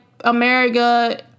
america